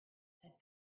said